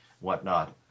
whatnot